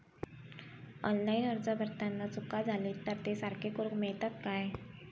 Online अर्ज भरताना चुका जाले तर ते सारके करुक मेळतत काय?